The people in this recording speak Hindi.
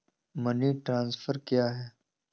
मनी ट्रांसफर क्या है?